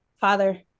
Father